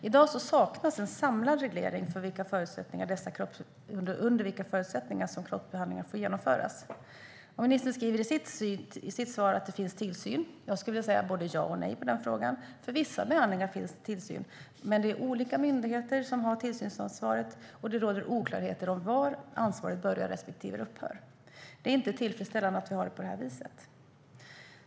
I dag saknas en samlad reglering under vilka förutsättningar som kroppsbehandlingar får genomföras. Ministern säger i sitt svar att det finns tillsyn. Jag skulle vilja svara både ja och nej på den frågan. För vissa behandlingar finns det tillsyn. Men det är olika myndigheter som har tillsynsansvaret, och det råder oklarheter om var ansvaret börjar respektive upphör. Det är inte tillfredsställande att vi har det på det viset.